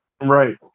right